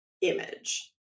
image